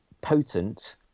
potent